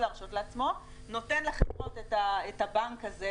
להרשות לעצמו נותן לחברות את הבנק הזה,